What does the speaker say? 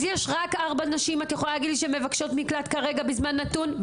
אז את יכולה להגיד לי שיש רק ארבע נשים שמבקשות מקלט ברגע הנתון הזה?